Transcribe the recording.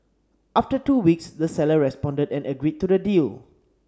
after two weeks the seller responded and agreed to the deal